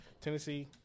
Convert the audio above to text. Tennessee